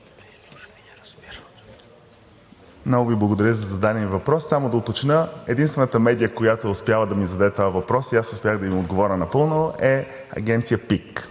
Много Ви благодаря за зададения въпрос. Само да уточня: единствената медия, която е успяла да ми зададе този въпрос, и аз успях да ѝ отговоря напълно, е Агенция ПИК.